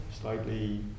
slightly